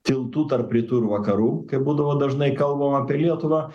tiltu tarp rytų ir vakarų kaip būdavo dažnai kalbama apie lietuvą